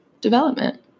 development